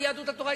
ביהדות התורה,